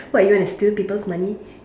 so are you going to steal people's money